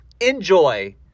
enjoy